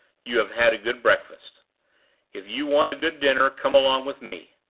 you have had a good breakfast if you want a good dinner, come along with me